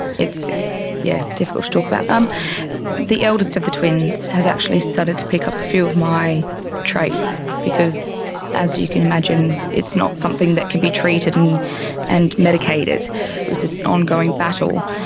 it's it's yeah difficult to talk about, um the eldest of the twins has actually started to pick up a few of my traits, because as you can imagine it's not something that can be treated and and medicated, it was an ongoing battle.